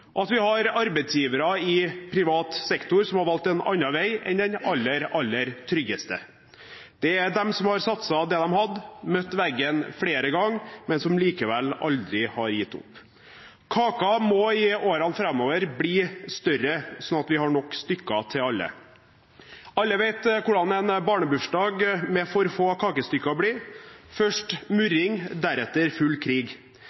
dag, at vi har arbeidsgivere i privat sektor som har valgt en annen vei enn den aller, aller tryggeste. Det er de som har satset det de hadde, og møtt veggen flere ganger, men som likevel aldri har gitt opp. Kaken må i årene framover bli større, sånn at vi har nok stykker til alle. Alle vet hvordan en barnebursdag med for få kakestykker blir: først murring, deretter full krig.